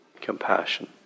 compassion